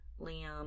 Liam